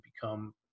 become